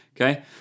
Okay